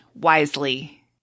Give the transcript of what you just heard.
wisely